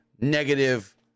negative